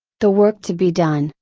the work to be done,